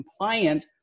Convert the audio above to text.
compliant